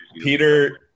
Peter